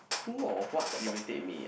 who or what irritate me ah